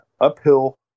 uphill